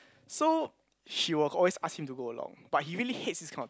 so she will always ask him to go along but he really hates this kind of